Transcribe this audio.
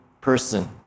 person